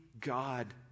God